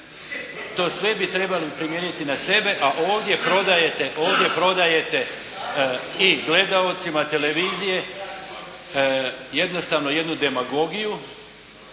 To sve bi trebali primijeniti na sebe a ovdje prodajete, ovdje prodajete i gledaocima televizije jednostavno jednu demagogiju